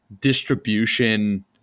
distribution